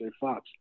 Fox